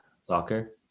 soccer